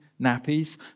nappies